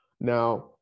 now